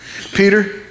Peter